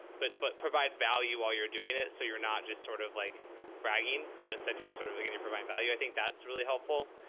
but, but provide value while you're doing it. so you're not just sort of like bragging, but instead you're sort of, again, you're providing value. i think that's really helpful,